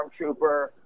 stormtrooper